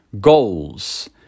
goals